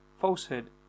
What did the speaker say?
falsehood